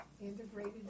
integrated